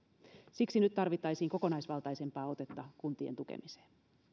siksi nyt tarvittaisiin kokonaisvaltaisempaa otetta kuntien tukemiseen